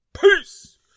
Peace